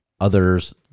Others